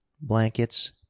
blankets